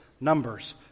Numbers